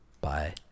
Bye